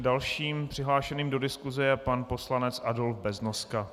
Dalším přihlášeným do diskuse je pan poslanec Adolf Beznoska.